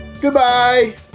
Goodbye